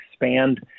expand